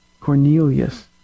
cornelius